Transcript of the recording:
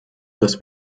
dass